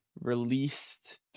released